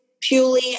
purely